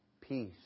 peace